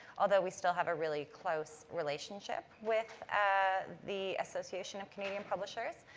although we still have a really close relationship with the association of canadian publishers.